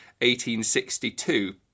1862